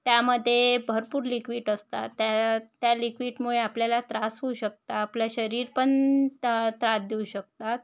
त्यामध्ये भरपूर लिक्विड असतात त्या त्या लिक्विडमुळे आपल्याला त्रास होऊ शकता आपलं शरीरपण तर त्रास देऊ शकतात